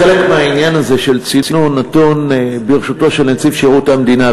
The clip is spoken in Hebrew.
חלק מהעניין הזה של צינון נתון ברשותו של נציב שירות המדינה,